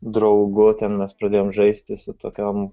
draugu ten mes pradėjom žaisti su tokiom